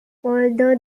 although